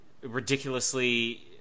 ridiculously